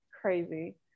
crazy